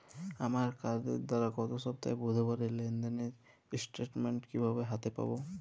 আমার কার্ডের দ্বারা গত সপ্তাহের বুধবারের লেনদেনের স্টেটমেন্ট কীভাবে হাতে পাব?